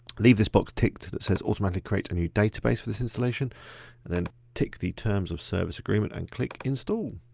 leave this box ticked that says automatically create a new database for this installation and then tick the terms of service agreement and click instal.